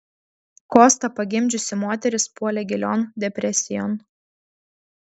kostą pagimdžiusi moteris puolė gilion depresijon